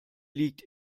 liegt